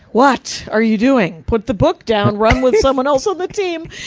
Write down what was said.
what, are you doing? put the book down, run with someone else on the team.